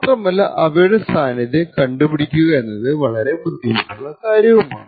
മാത്രമല്ല അവയുടെ സാന്നിധ്യം കണ്ടുപ്പിടിക്കുക എന്നത് വളരെ ബുദ്ധിമുട്ടുള്ള കാര്യവുമാണ്